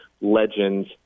legends